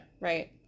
Right